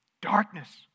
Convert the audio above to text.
Darkness